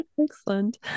Excellent